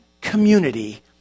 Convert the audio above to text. community